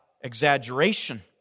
exaggeration